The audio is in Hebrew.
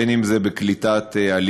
בין אם זה בקליטת עלייה,